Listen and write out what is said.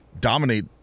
dominate